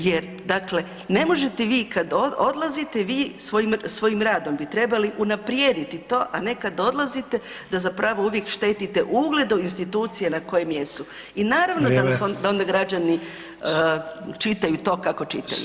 Jer dakle ne možete vi kad odlazite vi svojim radom bi trebali unaprijediti to, a ne kad odlazite da zapravo uvijek štetite ugledu institucije na kojem jesu [[Upadica: Vrijeme.]] i naravno da vas onda građani, čitaju to kako čitaju.